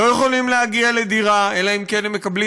לא יכולים להגיע לדירה אלא אם כן הם מקבלים